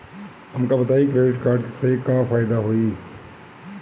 हमका बताई credit card से का फायदा होई?